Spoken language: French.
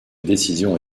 décision